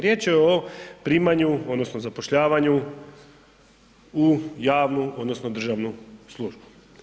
Riječ je o primanju odnosno zapošljavanju u javnu odnosno državnu službu.